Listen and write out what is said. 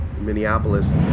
Minneapolis